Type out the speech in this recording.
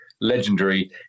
legendary